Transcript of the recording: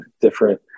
different